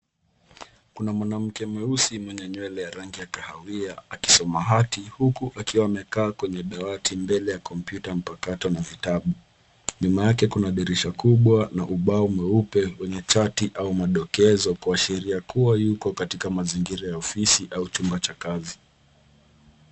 Kuna mwanamke mweusi mwenye nywele ya rangi ya kahawia akisoma hati huku akiwa amekaa kwenye dawati mbele ya kompyuta mpakato na vitabu. Nyuma yake kuna dirisha kubwa na ubao mweupe wenye chati au madokezo kuashiria kuwa yuko katika mazingira ya ofisi au chumba cha kazi.